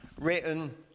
written